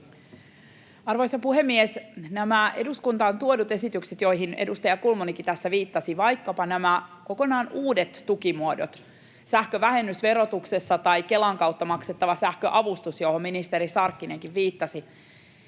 Arvoisa puhemies! Nämä eduskuntaan tuodut esitykset, joihin edustaja Kulmunikin tässä viittasi, vaikkapa nämä kokonaan uudet tukimuodot, sähkövähennys verotuksessa tai Kelan kautta maksettava sähköavustus, johon ministeri Sarkkinenkin viittasi,